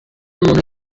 umuntu